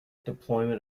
deployment